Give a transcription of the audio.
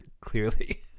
clearly